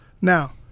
Now